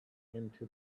into